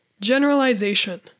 generalization